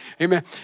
Amen